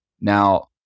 Now